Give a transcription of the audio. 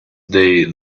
day